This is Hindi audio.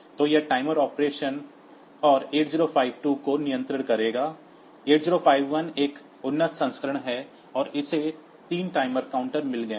तो यह टाइमर ऑपरेशन और 80 52 को नियंत्रित करेगा 8051 का एक उन्नत संस्करण है और इसे 3 टाइमर काउंटर मिल गए हैं